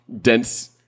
dense –